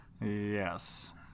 Yes